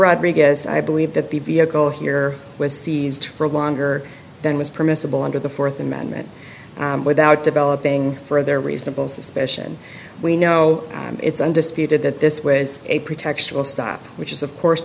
rodriguez i believe that the vehicle here was seized for longer than was permissible under the fourth amendment without developing for there reasonable suspicion we know it's undisputed that this was a pretextual stop which is of course